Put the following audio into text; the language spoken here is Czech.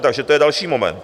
Takže to je další moment.